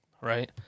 right